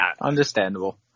understandable